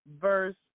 verse